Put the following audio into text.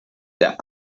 der